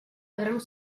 grams